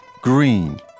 Green